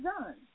done